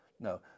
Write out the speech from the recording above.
No